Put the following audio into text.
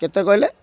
କେତେ କହିଲେ